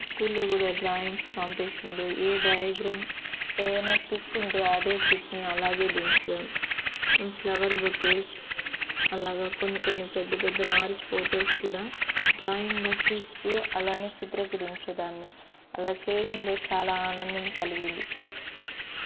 స్కూల్లో కూడా డ్రాయింగ్స్ కాంపిటీషన్లో ఏ డయాగ్రమ్ ఏదైనా పిక్ ఉంటే అదే పిక్ని అలాగే దించడం ఫ్లవర్ బొకేస్ అలాగ కొన్ని కొన్ని పెద్ద పెద్ద వారి ఫొటోస్ కూడా డ్రాయింగ్గా చూస్తూ అలానే చిత్రీకరించే దాన్ని అలా చేయడంలో చాలా ఆనందం కలిగింది